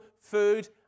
food